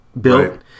built